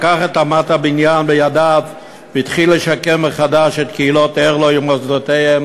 לקח את אמת הבניין בידיו והתחיל לשקם מחדש את קהילות ערלוי ומוסדותיהן